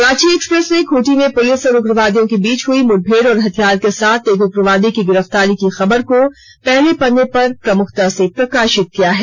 Ranchi express ने खूंटी में police और उग्रवादियों के बीच हुई मुठभेड़ और हथियार के साथ एक उग्रवादी की गिरफ्तारी की खबर को पहले पन्ने पर प्रमुखता से प्रकाशित किया है